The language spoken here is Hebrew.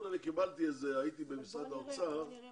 הייתי במשרד האוצר ונאמר